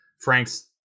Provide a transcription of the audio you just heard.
Frank's